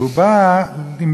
והוא בא במשורה.